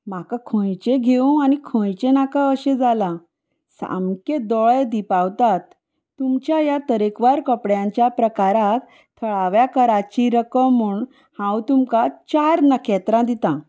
म्हाका खंयचें घेवं आनी खंयचें नाका अशें जालां सामकें दोळे दिपावतात तुमच्या ह्या तरेकवार कपड्यांच्या प्रकाराक थळाव्या कराची रक्कम म्हूण हांव तुमकां चार नखेत्रां दितां